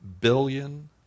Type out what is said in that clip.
billion